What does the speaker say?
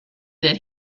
that